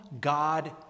God